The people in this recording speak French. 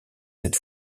cette